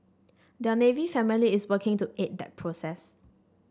their Navy family is working to aid that process